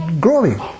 growing